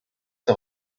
der